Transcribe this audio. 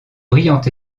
brillant